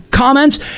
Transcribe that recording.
comments